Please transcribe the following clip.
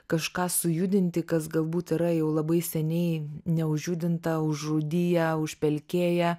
kažką sujudinti kas galbūt yra jau labai seniai neužjudinta užrūdiję užpelkėję